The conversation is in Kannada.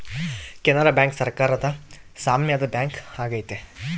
ಕೆನರಾ ಬ್ಯಾಂಕ್ ಸರಕಾರದ ಸಾಮ್ಯದ ಬ್ಯಾಂಕ್ ಆಗೈತೆ